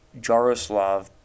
Jaroslav